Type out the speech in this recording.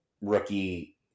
rookie